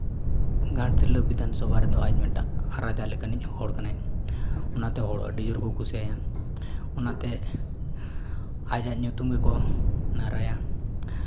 ᱜᱷᱟᱴᱥᱤᱞᱟᱹ ᱵᱤᱫᱷᱟᱱ ᱥᱚᱵᱷᱟ ᱨᱮᱫᱚ ᱟᱡ ᱢᱤᱫᱴᱟᱝ ᱨᱟᱡᱟ ᱞᱮᱠᱟᱱᱤᱡ ᱦᱚᱲ ᱠᱟᱱᱟᱭ ᱚᱱᱟᱛᱮ ᱦᱚᱲ ᱟᱹᱰᱤ ᱦᱚᱲ ᱠᱚ ᱠᱩᱥᱤᱭᱟᱭᱟ ᱚᱱᱟᱛᱮ ᱟᱭᱟᱜ ᱧᱩᱛᱩᱢ ᱜᱮᱠᱚ ᱱᱟᱨᱟᱭᱟ